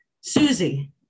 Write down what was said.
Susie